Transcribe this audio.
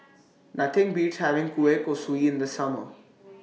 Nothing Beats having Kueh Kosui in The Summer